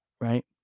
right